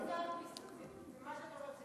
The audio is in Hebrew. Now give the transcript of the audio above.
מה שקורה,